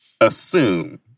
assume